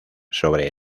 sobre